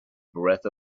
breath